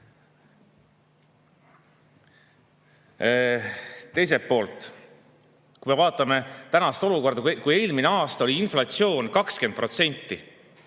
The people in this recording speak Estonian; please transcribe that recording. sulgeda! Kui me vaatame tänast olukorda, kui eelmine aasta oli inflatsioon 20%